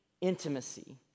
intimacy